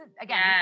again